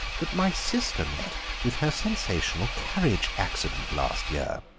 that my sister met with her sensational carriage accident last year.